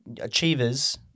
achievers